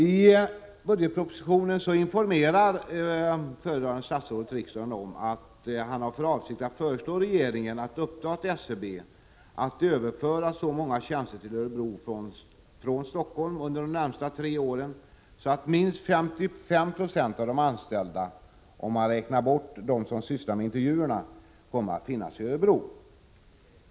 I budgetpropositionen informerar föredragande statsrådet riksdagen om att han har för avsikt att föreslå regeringen att uppdra åt SCB att överföra så många tjänster till Örebro från Stockholm under de närmaste tre åren att minst 55 96 av de anställda, bortsett från dem som arbetar med intervjuer, kommer att finnas i Örebro.